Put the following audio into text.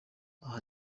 aha